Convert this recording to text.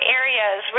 areas